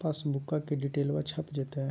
पासबुका में डिटेल्बा छप जयते?